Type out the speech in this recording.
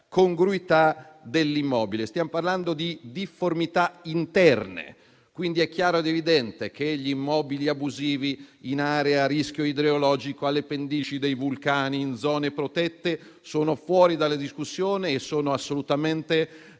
congruità dell'immobile. Stiamo parlando di difformità interne. Quindi, è chiaro ed evidente che gli immobili abusivi in aree a rischio idrogeologico, alle pendici dei vulcani, in zone protette sono fuori dalla discussione e sono assolutamente da